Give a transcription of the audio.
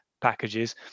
packages